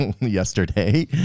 yesterday